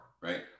right